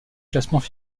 classements